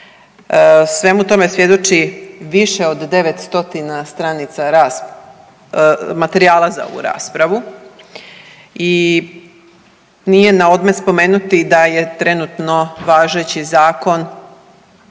Svemu tome svjedoči više od 9 stotina stranica materijala za ovu raspravu i nije naodmet spomenuti da je trenutno važeći zakon